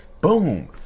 Boom